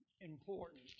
important